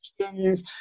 questions